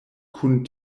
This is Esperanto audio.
kun